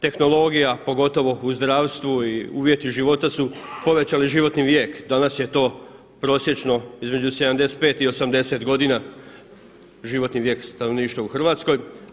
Tehnologija, pogotovo u zdravstvu i uvjeti života su povećali životnih vijek, danas je to prosječno između 75 i 80 godina, životni vijek stanovništva u Hrvatskoj.